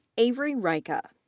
avery raica,